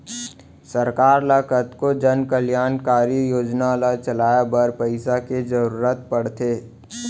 सरकार ल कतको जनकल्यानकारी योजना ल चलाए बर पइसा के जरुरत पड़थे